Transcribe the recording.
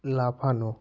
লাফানো